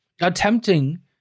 attempting